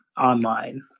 online